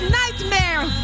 nightmare